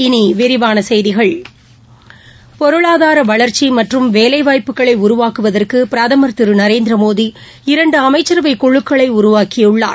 இனிவிரிவானசெய்திகள் பொருளாதாரவளர்ச்சிமற்றும் வேலைவாய்ப்புகளைஉருவாக்குவதற்குபிரதமர் திருநரேந்திரமோடி இரண்டுஅமைச்சரவைக் குழுக்களைஉருவாக்கியுள்ளார்